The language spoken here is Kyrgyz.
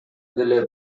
деле